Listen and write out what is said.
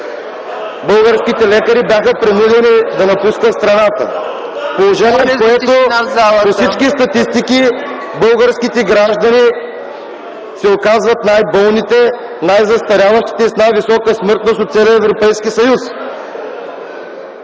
българските лекари бяха принудени да напускат страната, положение, при което по всички статистики българските граждани се оказват най-болните, най-застаряващите и с най-висока смъртност от целия Европейския съюз